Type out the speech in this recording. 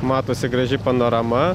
matosi graži panorama